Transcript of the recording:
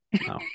no